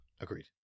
Agreed